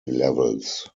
levels